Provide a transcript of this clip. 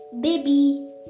Baby